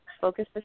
focus